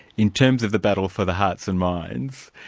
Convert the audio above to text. in terms of the battle for the hearts and minds,